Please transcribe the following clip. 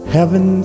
Heaven